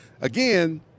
Again